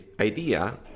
idea